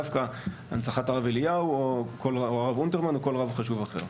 דווקא הנצחת הרב אליהו או הרב אונטרמן או כל רב אחר חשוב אחר,